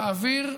באוויר,